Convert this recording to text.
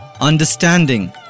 understanding